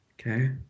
Okay